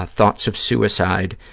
ah thoughts of suicide,